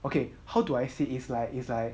okay how do I say it's like it's like